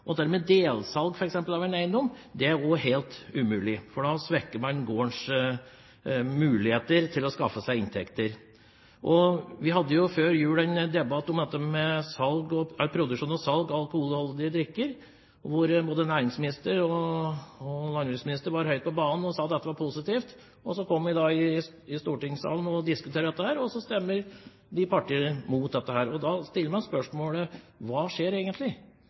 med delsalg, f.eks., av en eiendom er jo helt umulig, for da svekker man gårdens muligheter til å skaffe inntekter. Vi hadde før jul en debatt om dette med produksjon og salg av alkoholholdige drikker, hvor både næringsministeren og landbruksministeren var høyt på banen og sa at dette var positivt. Så kommer vi til stortingssalen for å diskutere dette, og så stemmer partiene imot. Da stiller man spørsmålet: Hva skjer, egentlig?